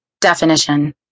Definition